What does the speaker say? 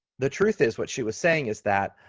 the truth is, what she was saying is that